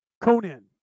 Conan